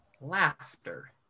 Laughter